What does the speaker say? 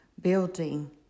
building